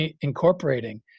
incorporating